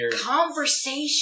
conversation